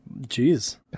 Jeez